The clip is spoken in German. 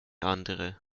andere